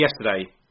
yesterday